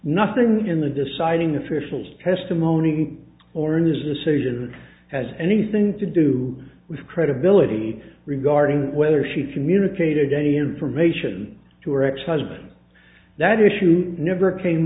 nothing in the deciding officials testimony or in his decision has anything to do with credibility regarding whether she communicated any information to her ex husband that issue never came